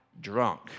drunk